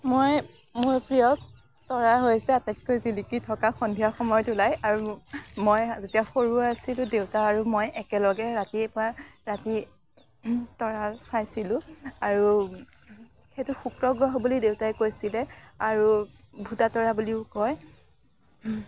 মই মোৰ প্ৰিয় তৰা হৈছে আটাইতকৈ জিলিকি থকা সন্ধিয়া সময়ত ওলাই আৰু মই যেতিয়া সৰু আছিলোঁ দেউতা আৰু মই একেলগে ৰাতিপুৱা ৰাতি তৰা চাইছিলোঁ আৰু সেইটো শুক্ৰগ্ৰহ বুলি দেউতাই কৈছিলে আৰু ভূটা তৰা বুলিও কয়